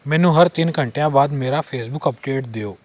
ਮੈਨੂੰ ਹਰ ਤਿੰਨ ਘੰਟਿਆਂ ਬਾਅਦ ਮੇਰਾ ਫੇਸਬੁੱਕ ਅਪਡੇਟ ਦਿਓ